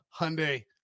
Hyundai